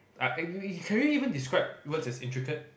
uh you you can you even describe words as intricate